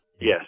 Yes